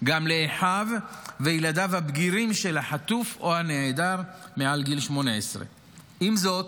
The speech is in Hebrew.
גם לאחיו ולילדיו הבגירים של החטוף או הנעדר מעל גיל 18. עם זאת,